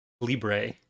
libre